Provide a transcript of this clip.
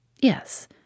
Yes